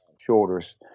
shoulders